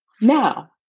Now